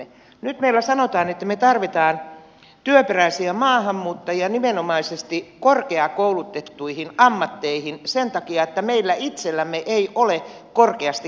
nyt meillä sanotaan että me tarvitsemme työperäisiä maahanmuuttajia nimenomaisesti korkeakoulutettuihin ammatteihin sen takia että meillä itsellämme ei ole korkeasti koulutettuja ihmisiä